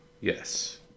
Yes